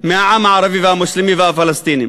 מהעם הערבי והמוסלמי והפלסטינים,